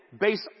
based